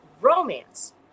romance